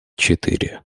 четыре